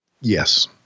Yes